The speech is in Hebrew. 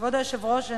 כבוד היושב-ראש,